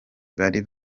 bari